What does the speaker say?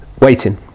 Waiting